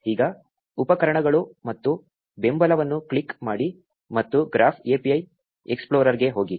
ಈಗ ಉಪಕರಣಗಳು ಮತ್ತು ಬೆಂಬಲವನ್ನು ಕ್ಲಿಕ್ ಮಾಡಿ ಮತ್ತು ಗ್ರಾಫ್ API ಎಕ್ಸ್ಪ್ಲೋರರ್ಗೆ ಹೋಗಿ